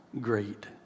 great